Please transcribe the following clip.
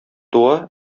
туа